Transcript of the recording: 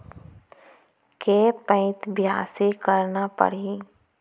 के पइत बियासी करना परहि?